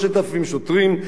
3,000 שוטרים.